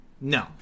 No